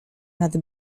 nad